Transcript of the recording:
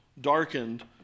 darkened